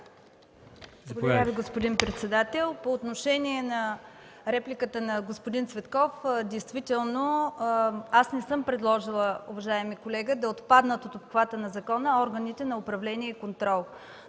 Благодаря, господин председател. По отношение на репликата на господин Цветков, действително, уважаеми колега, не съм предложила да отпаднат от обхвата на закона органите за управление и контрол.